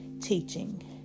teaching